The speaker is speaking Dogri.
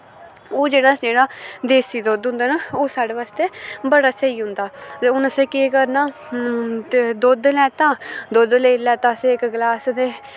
ओह् जेह्ड़ा साढ़ा देसी दुद्ध होंदा न ओह् बास्तै बड़ा स्हेई होंदा ते हून असें केह् करना ते दुद्ध लैत्ता दुद्ध लेई लैत्ता असें इक गलास ते